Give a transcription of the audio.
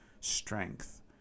strength